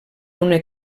una